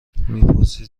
میپرسید